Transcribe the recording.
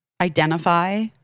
identify